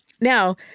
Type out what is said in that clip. Now